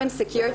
Human security,